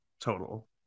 total